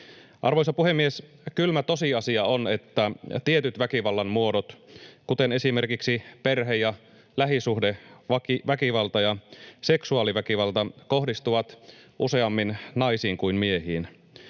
Arvoisa puhemies! Kylmä tosiasia on, että tietyt väkivallan muodot, kuten esimerkiksi perhe- ja lähisuhdeväkivalta ja seksuaaliväkivalta, kohdistuvat useammin naisiin kuin miehiin.